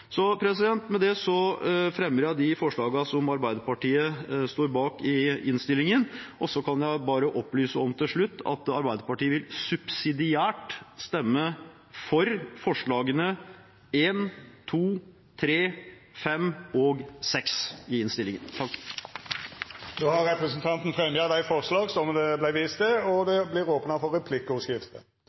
Med det fremmer jeg de forslagene som Arbeiderpartiet har alene eller sammen med SV i innstillingen, og så kan jeg bare til slutt opplyse om at Arbeiderpartiet subsidiært vil stemme for forslagene nr. 1, 2, 3, 5 og 6 i innstillingen. Representanten Stein Erik Lauvås har teke opp dei forslaga han refererte til. Det